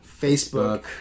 Facebook